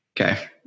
Okay